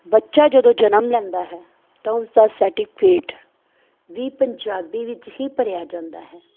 ਬੱਚਾ ਜਦੋਂ ਜਨਮ ਲੈਂਦਾ ਹੈ ਤਾਂ ਉਸਦਾ ਸਰਟੀਫਿਕੇਟ ਵੀ ਪੰਜਾਬੀ ਵਿੱਚ ਹੀ ਭਰਿਆ ਜਾਂਦਾ ਹੈ